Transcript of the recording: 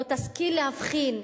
לא תשכיל להבחין,